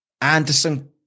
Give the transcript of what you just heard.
Anderson